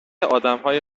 آدمهای